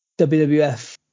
WWF